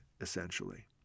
essentially